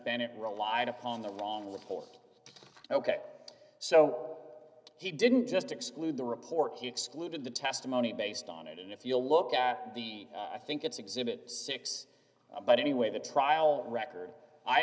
bennett relied upon the wrong report ok so he didn't just exclude the report he excluded the testimony based on it and if you look at the i think it's exhibit six but anyway the trial record i